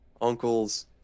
uncles